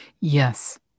Yes